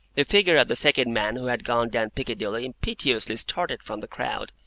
the figure of the second man who had gone down piccadilly impetuously started from the crowd,